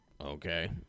okay